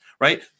right